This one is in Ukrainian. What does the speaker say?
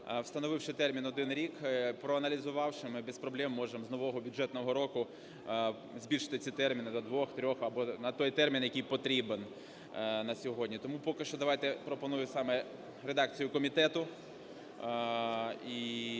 встановивши термін один рік. Проаналізувавши, ми без проблем можемо з нового бюджетного року збільшити ці терміни до двох, трьох або на той термін, який потрібен на сьогодні. Тому поки що давайте пропонує саме редакцію комітету